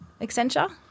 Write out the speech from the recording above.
Accenture